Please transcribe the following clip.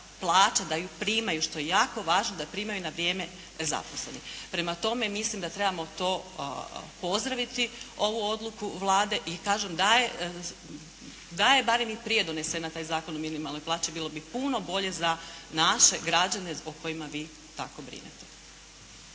plaća da ju primaju što je jako važno, da ju primaju na vrijeme zaposleni. Prema tome mislim da trebamo to pozdraviti ovu odluku Vlade i kažem da je barem i prije donesen taj Zakon o minimalnoj plaći bilo bi puno bolje za naše građane o kojima vi tako brinete.